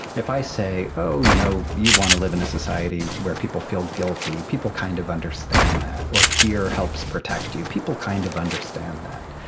if i say, you know, you want to live in a society where people feel guilty, people kind of understand that, or fear helps protect you, people kind of understand that.